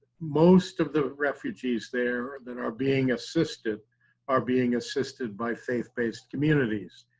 most of the refugees there that are being assisted are being assisted by faith based communities.